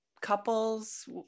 couples